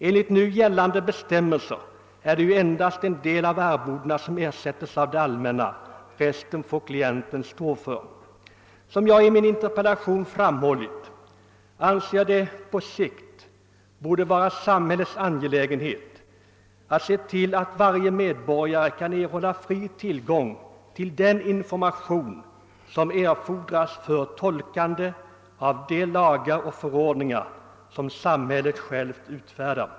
Enligt nu gällande bestämmelser är det endast en del av arvodena som ersätts av det allmänna — resten får klienten stå för. Som jag i interpellationen framhållit anser jag att det på sikt bör vara samhällets angelägenhet att se till att varje medborgare kan erhålla fri tillgång till den information som erfordras för tolkande av de lagar och förordningar vilka samhället självt utfärdar.